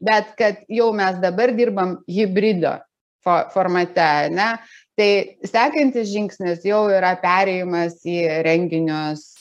bet kad jau mes dabar dirbam hibrido fo foramate ane tai sekantis žingsnis jau yra perėjimas į renginius